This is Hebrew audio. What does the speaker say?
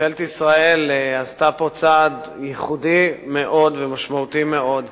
ממשלת ישראל עשתה פה צעד ייחודי מאוד ומשמעותי מאוד.